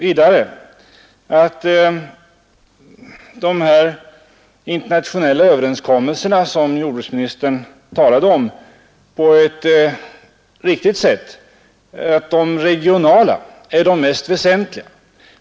Beträffande de internationella överenskommelser som jordbruksministern talade om, tror jag, att de regionala är viktigaste.